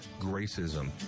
Gracism